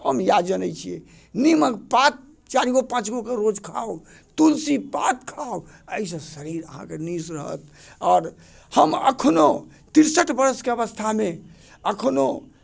हम इएह जनै छिए नीमके पात चारिगो पाँचगो कऽ रोज खाउ तुलसी पात खाउ एहिसँ शरीर अहाँके नीक रहत आओर हम एखनो तिरसठि बरिसके अवस्थामे एखनो